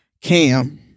Cam